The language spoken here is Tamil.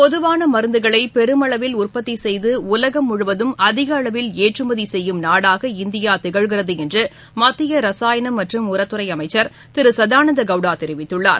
பொதுவான மருந்துகளை பெருமளவில் உற்பத்தி செய்து உலகம் முழுவதும் அதிக அளவில் ஏற்றுமதி செய்யும் நாடாக இந்தியா திகழ்கிறது என்று மத்திய ரசாயன உரத்துறை அமைச்சர் திரு சதானந்த கவுடா தெரிவித்துள்ளார்